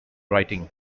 writing